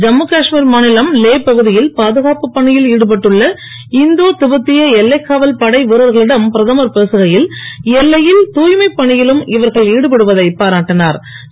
ஜம்மு காஷ்மீர் மாநிலம் லே பகுதியில் பாதுகாப்புப் பணியில் சடுபட்டுள்ள இந்தோ திபேத்திய எல்லைக்காவல் படை வீரர்களிடம் பிரதமர் பேசுகையில் எல்லையில் தாய்மைப் பணியிலும் இவர்கள் ஈடுபடுவதை பாராட்டினுர்